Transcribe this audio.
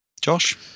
Josh